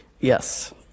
Yes